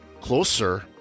Closer